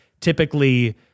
typically